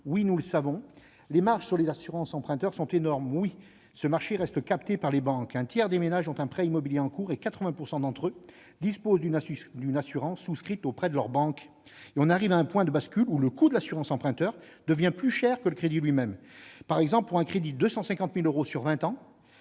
Oui, les marges sur les assurances emprunteur sont énormes. Oui, ce marché reste capté par les banques. Un tiers des ménages ont un prêt immobilier en cours et 80 % d'entre eux disposent d'une assurance souscrite auprès de leur banque. Nous arrivons à un point de bascule, le coût de l'assurance emprunteur devenant plus élevé que celui du crédit lui-même. Par exemple, pour un crédit de 250 000 euros sur vingt ans,